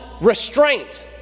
restraint